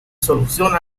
solución